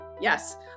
Yes